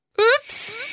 Oops